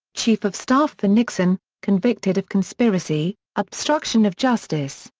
chief of staff for nixon, convicted of conspiracy, obstruction of justice,